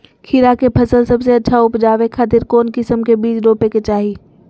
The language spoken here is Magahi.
खीरा के फसल सबसे अच्छा उबजावे खातिर कौन किस्म के बीज रोपे के चाही?